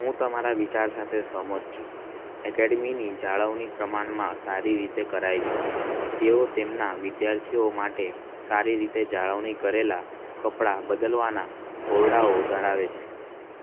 હું તમારા વિચાર સાથે સહમત છું એકેડમીની જાળવણી પ્રમાણમાં સારી રીતે કરાય છે તેઓ તેમના વિદ્યાર્થીઓ માટે સારી રીતે જાળવણી કરેલા કપડાં બદલવાના ઓરડાઓ ધરાવે છે